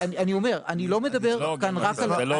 זה לא הוגן מה שאתה עושה.